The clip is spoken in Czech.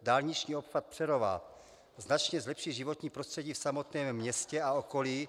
Dálniční obchvat Přerova značně zlepší životní prostředí v samotném městě a okolí.